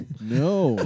No